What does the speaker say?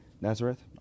Nazareth